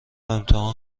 امتحان